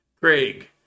craig